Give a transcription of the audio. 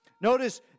Notice